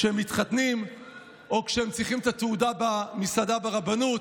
כשהם מתחתנים או כשהם צריכים את התעודה במסעדה ברבנות